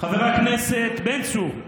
חבר הכנסת בן צור,